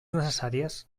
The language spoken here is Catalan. necessàries